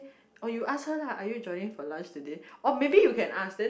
or you ask her lah are you joining for lunch today oh maybe you can ask then